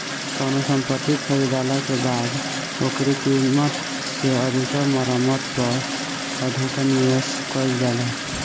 कवनो संपत्ति खरीदाला के बाद ओकरी कीमत से अधिका मरम्मत पअ अधिका निवेश कईल जाला